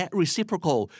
reciprocal